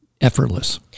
effortless